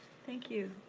thank you.